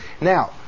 now